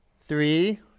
three